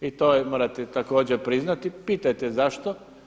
I to morate također priznati, pitajte zašto?